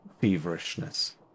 feverishness